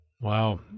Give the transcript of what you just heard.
Wow